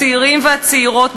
הצעירים והצעירות,